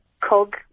cog